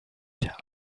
der